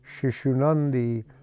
Shishunandi